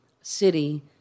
city